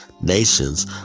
nations